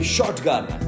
Shotgun